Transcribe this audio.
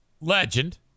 Legend